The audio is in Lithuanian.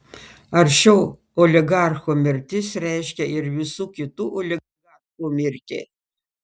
ar šio oligarcho mirtis reiškia ir visų kitų oligarchų mirtį